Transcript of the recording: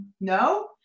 no